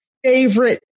Favorite